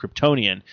Kryptonian